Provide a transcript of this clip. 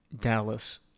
Dallas